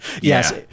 Yes